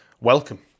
Welcome